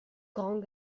grand